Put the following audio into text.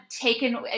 taken